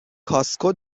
کاسکو